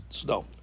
snow